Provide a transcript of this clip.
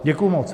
Děkuji moc.